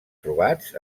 trobats